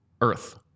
Earth